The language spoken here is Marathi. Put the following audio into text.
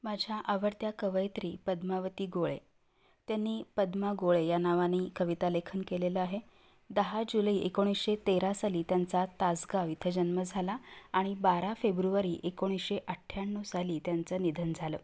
माझ्या आवडत्या कवयित्री पद्मावती गोळे त्यांनी पद्मा गोळे या नावाने कविता लेखन केलेलं आहे दहा जुलै एकोणीसशे तेरा साली त्यांचा तासगाव इथं जन्म झाला आणि बारा फेब्रुवारी एकोणीसशे अठ्याण्णव साली त्यांचं निधन झालं